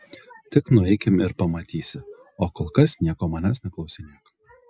tik nueikim ir pamatysi o kol kas nieko manęs neklausinėk